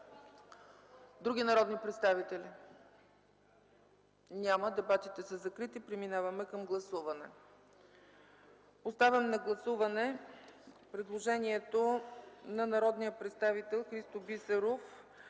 Други народни представители? Няма. Дебатите са закрити. Преминаваме към гласуване. Поставям на гласуване предложението на народния представител Христо Бисеров